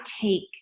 take